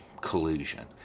collusion